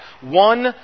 one